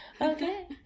Okay